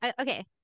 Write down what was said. okay